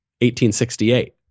1868